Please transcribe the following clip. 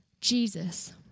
Jesus